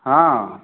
हँ